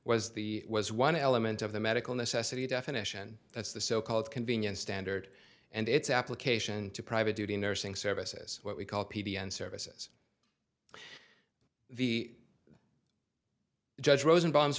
was the was one element of the medical necessity definition that's the so called convenience standard and its application to private duty nursing services what we call p d n services the judge rosen bonds